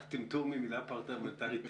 טמטום היא מילה פרלמנטרית תקנית.